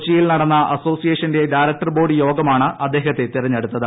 കൊച്ചിയിൽ നടന്ന അസോസിയേഷന്റെ ഡയറക്ടർ ബോർഡു യോഗമാണ് അദ്ദേഹത്തെ തിരഞ്ഞെടുത്തത്